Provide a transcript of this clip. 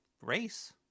Race